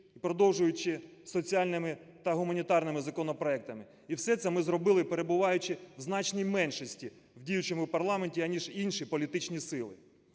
продовжуючи соціальними та гуманітарними законопроектами. І все це ми зробили, перебуваючи в значній меншості в діючому парламенті, аніж інші політичні сили.